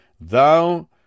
Thou